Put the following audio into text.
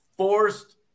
Forced